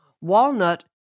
walnut